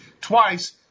twice